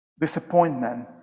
Disappointment